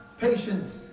patience